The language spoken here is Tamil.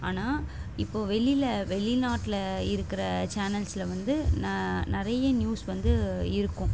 ஆனால் இப்போது வெளியில் வெளிநாட்டில் இருக்கிற சேனல்ஸில் வந்து ந நிறைய நியூஸ் வந்து இருக்கும்